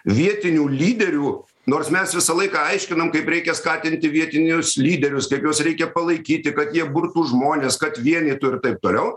vietinių lyderių nors mes visą laiką aiškinam kaip reikia skatinti vietinius lyderius kaip juos reikia palaikyti kad jie burtų žmones kad vienytų ir taip toliau